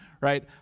right